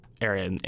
area